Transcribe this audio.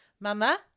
Mama